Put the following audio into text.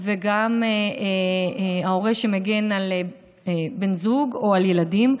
וגם ההורה שמגן על בן זוג או על ילדים,